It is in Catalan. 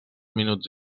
minuts